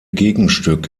gegenstück